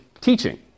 teaching